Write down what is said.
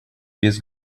без